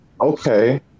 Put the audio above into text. okay